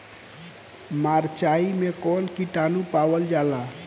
मारचाई मे कौन किटानु पावल जाला?